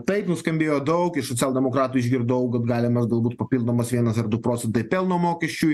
taip nuskambėjo daug iš socialdemokratų išgirdau kad galimas galbūt papildomas vienas ar du procentai pelno mokesčiui